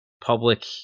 public